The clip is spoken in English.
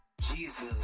Jesus